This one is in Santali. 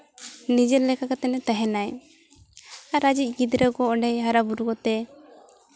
ᱱᱤᱡᱮᱨ ᱞᱮᱠᱟ ᱠᱟᱛᱮ ᱛᱟᱦᱮᱱ ᱟᱭ ᱟᱨ ᱟᱡᱤᱡ ᱜᱤᱫᱽᱨᱟᱹ ᱠᱚ ᱚᱸᱰᱮᱭ ᱦᱟᱨᱟᱼᱵᱩᱨᱩ ᱠᱚᱛᱮ